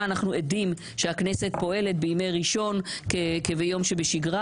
אנחנו עדים שהכנסת פועלת בימי ראשון כביום שבשגרה